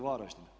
Varaždin?